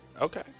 Okay